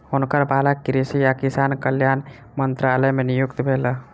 हुनकर बालक कृषि आ किसान कल्याण मंत्रालय मे नियुक्त भेला